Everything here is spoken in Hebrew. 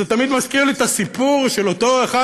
זה תמיד מזכיר לי את הסיפור על אותו אחד